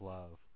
Love